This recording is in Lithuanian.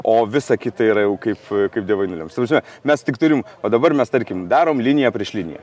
o visa kita yra jau kaip kaip dievai nulems ta prasme mes tik turim va dabar mes tarkim darom liniją prieš liniją